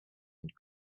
and